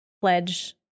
pledge